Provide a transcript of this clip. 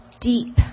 deep